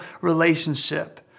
relationship